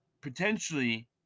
potentially